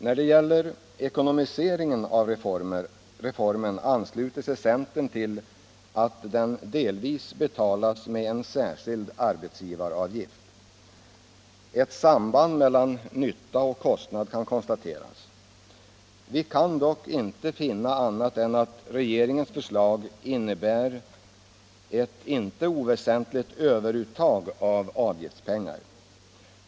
När det gäller ekonomiseringen av reformen ansluter sig centern till tanken att den delvis betalas med en särskild arbetsgivaravgift. Ett samband mellan nytta och kostnad kan konstateras. Vi kan dock inte finna annat än att regeringens förslag innebär ett inte oväsentligt överuttag av avgiftspengar.